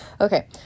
Okay